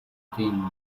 tim